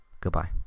Goodbye